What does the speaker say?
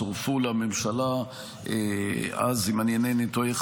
צורפו למלחמה אז אם איננו טועה,